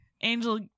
Angel